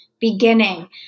beginning